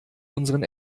unseren